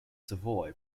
savoy